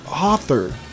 author